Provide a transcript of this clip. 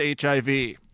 HIV